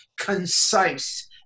concise